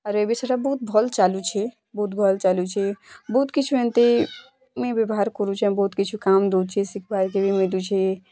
ଆର୍ ଏବେ ସେଟା ବହୁତ୍ ଭଲ୍ ଚାଲୁଛେ ବହୁତ୍ ଭଲ୍ ଚାଲୁଚି ବହୁତ୍ କିଛୁ ଏମିତି ମୁଇଁ ବେବ୍ୟହାର୍ କରୁଛେଁ ବହୁତ କିଛୁ କାମ୍ ଦେଉଛେ ଶିଖବାର୍ କେ ବି ମିଳୁଛେଁ